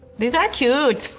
these are cute.